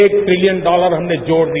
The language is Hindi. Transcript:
एक ट्रिलियन डॉलर हमने जोड़ दिया